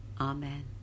Amen